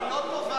היא לא טובה.